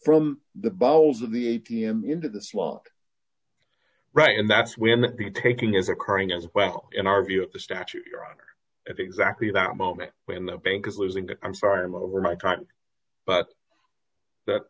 from the balls d of the a t m into the slot right and that's when the taking is occurring as well in our view of the statute your honor at exactly that moment when the bank is losing the i'm sorry i'm over my time but